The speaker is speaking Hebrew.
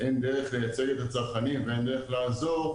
דרך לייצג את הצרכנים ואין דרך לעזור,